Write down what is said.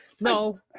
No